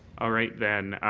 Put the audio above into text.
all right then.